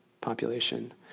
population